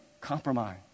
compromise